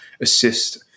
assist